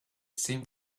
seemed